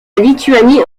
lituanie